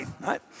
right